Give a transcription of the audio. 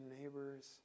neighbors